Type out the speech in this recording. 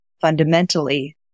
fundamentally